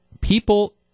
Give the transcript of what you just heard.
people